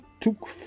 took